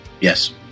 yes